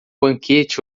banquete